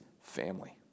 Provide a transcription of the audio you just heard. family